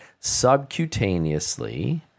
subcutaneously